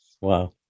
Wow